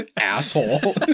asshole